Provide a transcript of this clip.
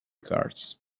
cards